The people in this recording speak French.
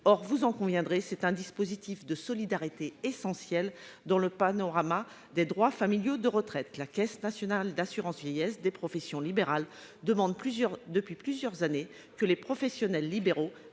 mes chers collègues, c'est un dispositif de solidarité essentielle dans le panorama des droits familiaux de retraite. La Caisse nationale d'assurance vieillesse des professions libérales demande depuis plusieurs années que les professionnels libéraux